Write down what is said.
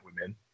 women